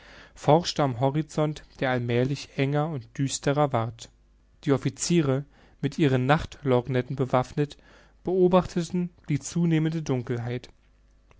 forschte am horizont der allmälig enger und düsterer ward die officiere mit ihren nacht lorgnetten bewaffnet beobachteten die zunehmende dunkelheit